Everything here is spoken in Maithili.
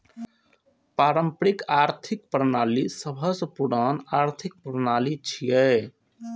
पारंपरिक आर्थिक प्रणाली सबसं पुरान आर्थिक प्रणाली छियै